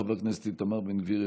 חבר הכנסת איתמר בן גביר,